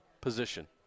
position